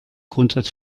grundsatz